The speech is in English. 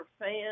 fans